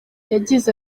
yagize